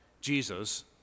Jesus